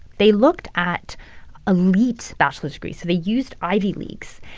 they looked at elite bachelor's degrees. so they used ivy leagues.